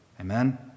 Amen